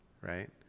right